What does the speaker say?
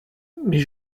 mais